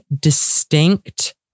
distinct